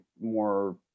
more